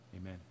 amen